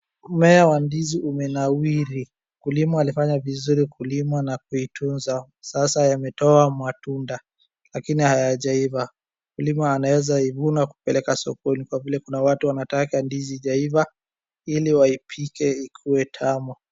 Mmea wa ndizi umenawiri, mkulima alifanya vizuri kulima na kuitunza. Sasa yametoa matunda lakini hayajaiva. Mkulima anaeza ivuna kupeleka sokoni kwa vile kuna watu wanataka ndizi haijaiva ili waipike ikue tamu.